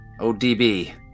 ODB